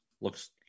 looks